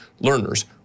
learners